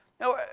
Now